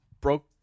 broke